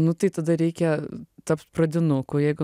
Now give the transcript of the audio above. nu tai tada reikia tapt pradinuku jeigu